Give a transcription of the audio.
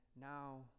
now